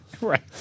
right